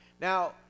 Now